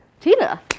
Tina